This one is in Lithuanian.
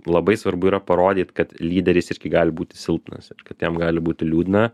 labai svarbu yra parodyt kad lyderis irgi gali būti silpnas ir kad jam gali būti liūdna